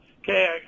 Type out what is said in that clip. Okay